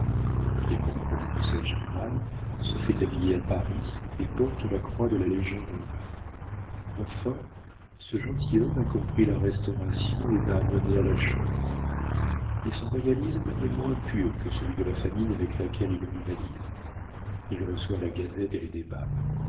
il est membre du conseil général se fait habiller à paris et porte la croix de la légion-d'honneur enfin ce gentilhomme a compris la restauration et bat monnaie à la chambre mais son royalisme est moins pur que celui de la famille avec laquelle il rivalise il reçoit la gazette et les débats